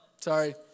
Sorry